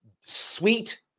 sweet